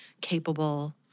capable